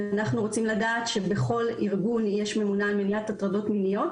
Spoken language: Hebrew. אנחנו רוצים לדעת שבכל ארגון יש ממונה על מניעת הטרדות מיניות